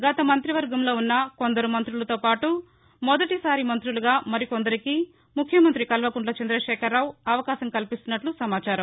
గత మంత్రివర్గంలో ఉన్న కొందరు మంగ్రులతో పాటూ మొదటిసారి మంగ్రులుగా మరి కొందరికి ముఖ్యమంతి కాల్వ కుంట్ల చంద్ర శేఖర రావు అవకాశం కల్పిస్తున్నట్లు సమాచారం